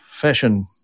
fashion